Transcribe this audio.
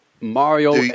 Mario